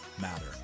matter